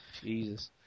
Jesus